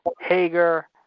Hager